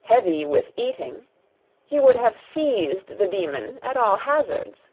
heavy with eating he would have seized the demon at all hazards.